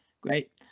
Great